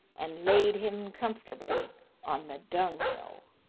and laid him comfortably on the dunghill.